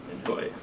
enjoy